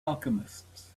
alchemists